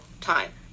time